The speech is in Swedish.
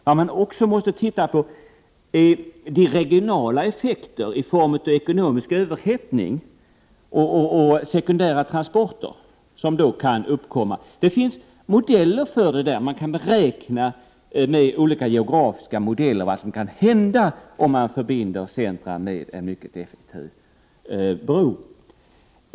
Vad man också måste se på är de regionala effekter i form av ekonomisk överhettning och sekundära transporter som kan uppkomma. Det finns geografiska modeller som kan användas för beräkningar av vad som kan hända om centra förbinds med en mycket effektiv bro.